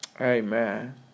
Amen